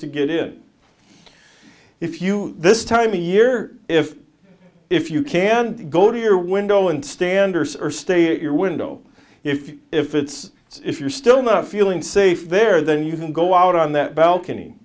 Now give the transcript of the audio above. to get in if you this time of year if if you can't go to your window and standers or stay at your window if if it's it's you're still not feeling safe there then you can go out on that